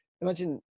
imagine